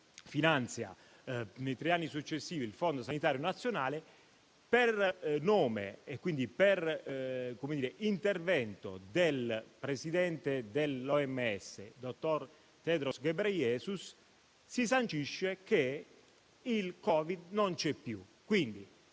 finanziato per i tre anni successivi il fondo sanitario nazionale, per nome e quindi per intervento del presidente dell'OMS, il dottor Tedros Ghebreyesus, si sancisce che il Covid non c'è più.